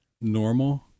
normal